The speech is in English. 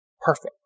perfect